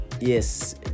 Yes